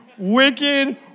Wicked